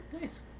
Nice